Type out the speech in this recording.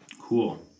Cool